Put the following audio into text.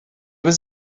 was